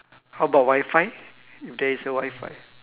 how about wi-fi if there is a wi-fi